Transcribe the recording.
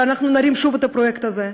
שנרים שוב את הפרויקט הזה,